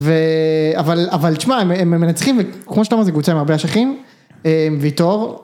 אבל תשמע הם מנצחים, וכמו שאתה אומר, קבוצה עם הרבה אשכים, ויטור.